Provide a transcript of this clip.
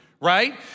Right